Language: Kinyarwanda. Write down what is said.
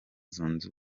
zunze